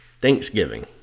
Thanksgiving